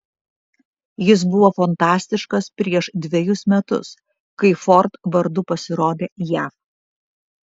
jis buvo fantastiškas prieš dvejus metus kai ford vardu pasirodė jav